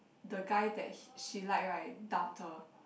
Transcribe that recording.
the guy that she she like right dumped her